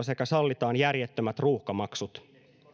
sekä sallitaan järjettömät ruuhkamaksut